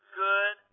good